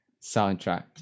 soundtrack